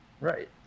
Right